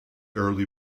early